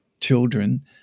children